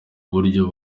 buryo